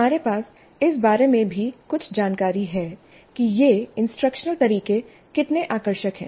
हमारे पास इस बारे में भी कुछ जानकारी है कि ये इंस्ट्रक्शनल तरीके कितने आकर्षक हैं